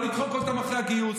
לא לדחוק אותם אחרי הגיוס,